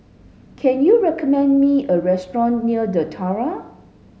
can you recommend me a restaurant near The Tiara